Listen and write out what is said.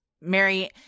Mary